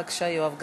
בבקשה, יואב גלנט.